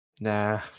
nah